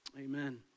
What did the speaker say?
Amen